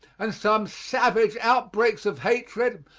and some savage outbreaks of hatred,